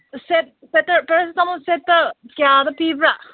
set paracetamol ꯁꯦꯠꯇ ꯀꯌꯥꯒ ꯄꯤꯕ꯭ꯔꯥ